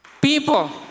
People